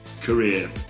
career